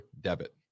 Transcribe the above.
debit